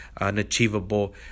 unachievable